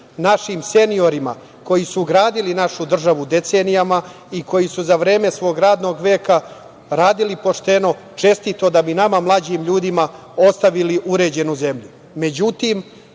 našim seniorima koji su gradili našu državu decenijama i koji su za vreme svog radnog veka radili pošteno, čestito da bi nama mlađim ljudima ostavili uređenu